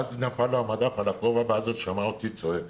ואז נפל לו המדף על הכובע והוא שמע אותי צועק.